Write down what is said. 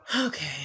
Okay